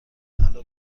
طلا